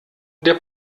der